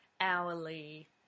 hourly